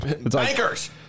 Bankers